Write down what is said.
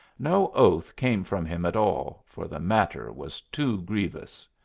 no oath came from him at all, for the matter was too grievous.